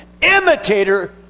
imitator